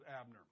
Abner